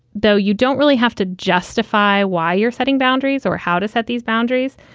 though, you don't really have to justify why you're setting boundaries or how to set these boundaries.